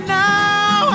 now